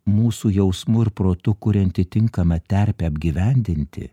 mūsų jausmu ir protu kurianti tinkamą terpę apgyvendinti